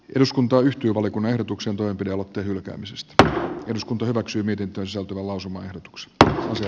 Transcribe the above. eduskunta yhtyi oli kun ehdotuksen toi olutta hylkäämisestä eduskunta hyväksyi mietintönsä lausumaehdotuksesta nousee